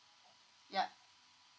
yup